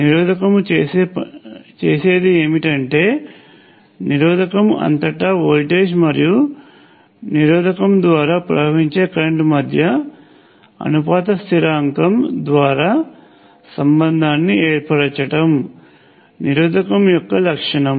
నిరోధకము చేసేది ఏమిటంటే నిరోధకము అంతటా వోల్టేజ్ మరియు నిరోధకము ద్వారా ప్రవహించే కరెంట్ మధ్య అనుపాత స్థిరాంకం ద్వారా సంబంధాన్ని ఏర్పరచటం నిరోధకం యొక్క లక్షణం